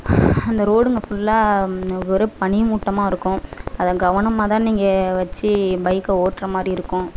அந்த ரோடுங்கள் ஃபுல்லாக ஒரே பனி மூட்டமாக இருக்கும் அதை கவனமாக தான் நீங்கள் வச்சு பைக்கை ஓட்டுற மாதிரி இருக்கும்